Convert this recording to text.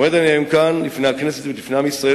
עומד אני כאן היום לפני הכנסת ולפני עם ישראל